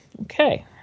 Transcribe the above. okay